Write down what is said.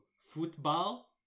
football